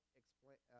explain